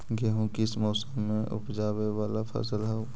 गेहूं किस मौसम में ऊपजावे वाला फसल हउ?